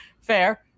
fair